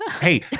Hey